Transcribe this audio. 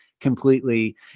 completely